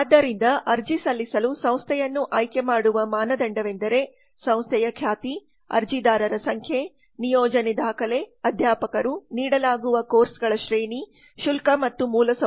ಆದ್ದರಿಂದ ಅರ್ಜಿ ಸಲ್ಲಿಸಲು ಸಂಸ್ಥೆಯನ್ನು ಆಯ್ಕೆಮಾಡುವ ಮಾನದಂಡವೆಂದರೆ ಸಂಸ್ಥೆಯ ಖ್ಯಾತಿ ಅರ್ಜಿದಾರರ ಸಂಖ್ಯೆ ನಿಯೋಜನೆ ದಾಖಲೆ ಅಧ್ಯಾಪಕರು ನೀಡಲಾಗುವ ಕೋರ್ಸ್ಗಳ ಶ್ರೇಣಿ ಶುಲ್ಕ ಮತ್ತು ಮೂಲಸೌಕರ್ಯ